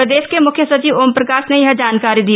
प्रदेश के मुख्य सचिव ओमप्रकाश ने यह जानकारी दी